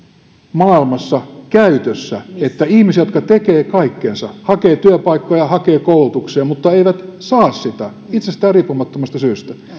maailmassa käytössä että ihmisiltä jotka tekevät kaikkensa hakevat työpaikkoja hakevat koulutukseen mutta eivät saa sitä itsestään riippumattomasta syystä